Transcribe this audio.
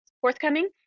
forthcoming